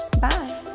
Bye